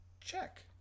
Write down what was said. Check